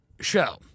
show